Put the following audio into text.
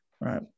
right